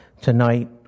tonight